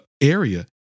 area